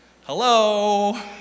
Hello